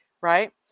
Right